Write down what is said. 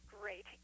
Great